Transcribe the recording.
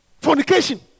Fornication